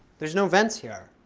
there's no vents here.